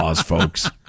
folks